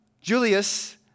Julius